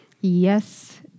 yes